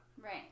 Right